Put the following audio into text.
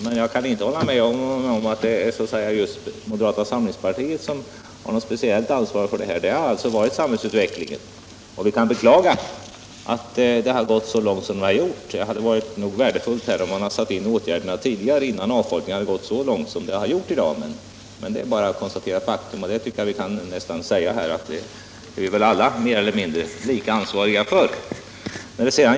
Men jag kan inte hålla med om att moderata samlingspartiet där har något speciellt ansvar. Det har i stället varit en utveckling i samhället, och vi kan beklaga att den har gått så långt som fallet varit. Säkert hade det varit värdefullt om man satt in motåtgärder tidigare, innan avfolkningen gått så långt som den nu gjort. Nu kan man bara konstatera faktum. Och jag tycker att vi kan erkänna att vi alla är lika ansvariga för den utvecklingen.